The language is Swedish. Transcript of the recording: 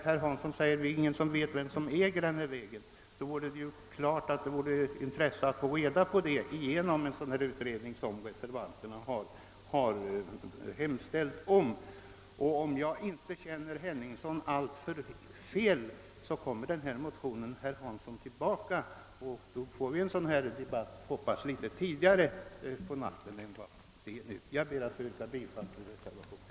Herr Hansson i Skegrie sade att ingen vet vem som äger denna väg, men då vore det givetvis av intresse att få reda på det genom en utredning av det slag reservanterna hemställt om. Om jag inte känner herr Henningsson alltför dåligt kommer den här motionen tillbaka, herr Hansson, och då får vi en ny debatt — jag hoppas litet tidigare på natten än nu. Herr talman! Jag ber att få yrka bifal till reservationen.